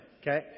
okay